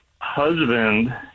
husband